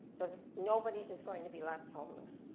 so nobody is going to be left homeless.